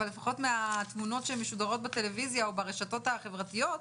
אבל לפחות מהתמונות שמשודרות בטלוויזיה או ברשתות החברתיות,